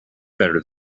better